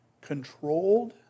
controlled